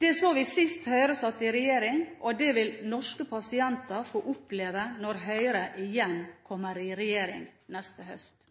Det så vi sist Høyre satt i regjering, og det vil norske pasienter få oppleve når Høyre igjen kommer i regjering neste høst.